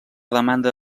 demanda